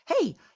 Hey